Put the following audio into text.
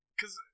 cause